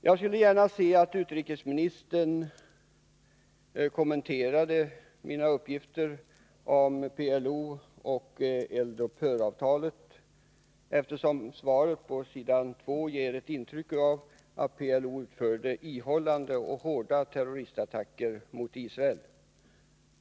Jag skulle gärna se att utrikesministern kommenterar mina uppgifter om PLO och eld-upphör-avtalet, eftersom svaret på s. 2 ger ett intryck av att PLO utförde ihållande och hårda terroristattacker mot Israel.